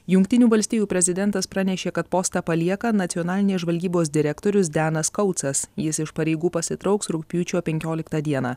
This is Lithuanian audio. jungtinių valstijų prezidentas pranešė kad postą palieka nacionalinės žvalgybos direktorius denas koutsas jis iš pareigų pasitrauks rugpjūčio penkioliktą dieną